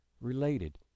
related